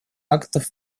актов